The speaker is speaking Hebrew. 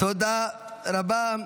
תודה רבה.